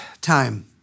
time